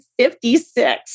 56